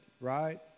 right